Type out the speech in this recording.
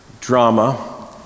Drama